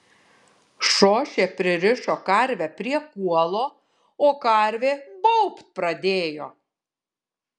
šošė pririšo karvę prie kuolo o karvė baubt pradėjo